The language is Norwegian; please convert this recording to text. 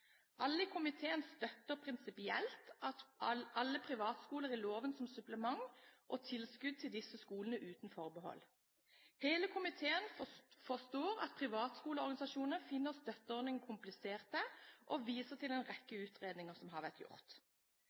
Alle i komiteen støtter prinsipielt at alle privatskoler i loven er supplement og tilskudd til den offentlige skolen, uten forbehold. Hele komiteen forstår at privatskoleorganisasjonene finner støtteordningene kompliserte, og viser til en rekke utredninger som har vært gjort.